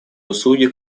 услуги